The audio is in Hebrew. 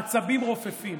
העצבים רופפים.